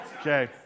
Okay